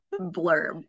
blurb